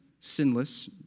sinless